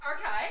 okay